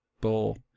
bull